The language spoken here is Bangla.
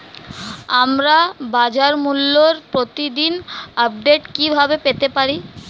আমরা বাজারমূল্যের প্রতিদিন আপডেট কিভাবে পেতে পারি?